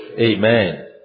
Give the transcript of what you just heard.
Amen